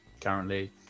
currently